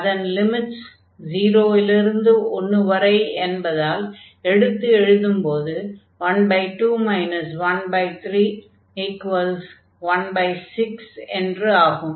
அதன் லிமிட்ஸ் 0 லிருந்து 1 வரை என்பதால் எடுத்து எழுதும்போது 12 1316 என்று ஆகும்